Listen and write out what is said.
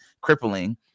crippling